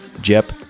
Jep